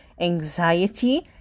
anxiety